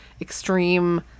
extreme